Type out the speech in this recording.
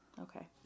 Okay